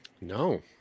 no